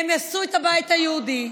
הם הרסו את הבית היהודי,